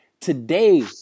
Today